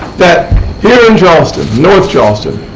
that here in charleston, north charleston,